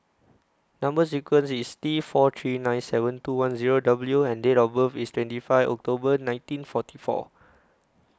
Number sequence IS T four three nine seven two one Zero W and Date of birth IS twenty five October nineteen forty four